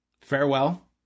farewell